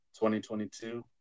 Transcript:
2022